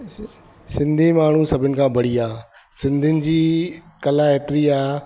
सिंधी माण्हू सभिनि खां बढ़िया सिंधियुनि जी कला एतिरी आहे